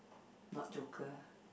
not Joker ah